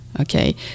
okay